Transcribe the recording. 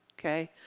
okay